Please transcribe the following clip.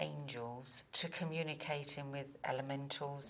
angels to communicating with elemental